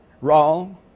Wrong